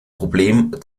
problem